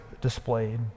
displayed